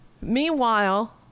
Meanwhile